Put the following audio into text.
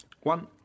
One